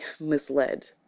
misled